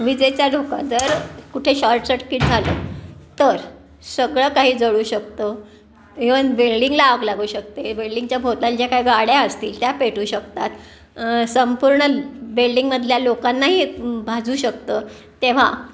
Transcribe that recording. विजेचा धोका जर कुठे शॉर्ट सटकीट झालं तर सगळं काही जळू शकतं इवन बिल्डिंगला आग लागू शकते बिल्डिंगच्या भोवतालच्या काय गाड्या असतील त्या पेटू शकतात संपूर्ण बेल्डिंगमधल्या लोकांनाही भाजू शकतं तेव्हा